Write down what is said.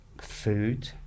food